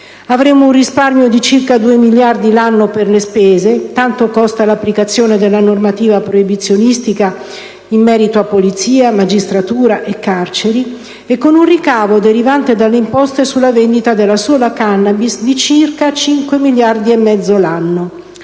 Avremmo un risparmio di circa 2 miliardi l'anno per le spese, tanto costa l'applicazione della normativa proibizionista in merito a Polizia, magistratura e carceri, e con un ricavo derivante dalle imposte sulla vendita della sola *cannabis* di circa 5 miliardi e mezzo l'anno.